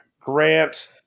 Grant